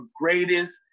greatest